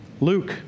Luke